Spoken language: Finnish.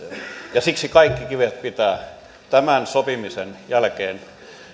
ja siksi kaikki keinot pitää tämän sopimisen jälkeen